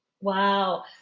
wow